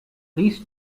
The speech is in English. please